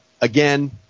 again